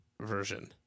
Version